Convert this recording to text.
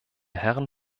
herren